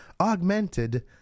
augmented